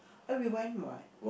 eh we went what